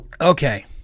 Okay